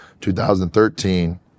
2013